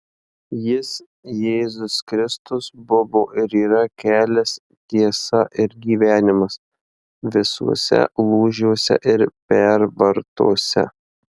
jis jėzus kristus buvo ir yra kelias tiesa ir gyvenimas visuose lūžiuose ir pervartose